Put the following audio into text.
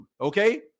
okay